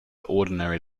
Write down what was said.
ordinary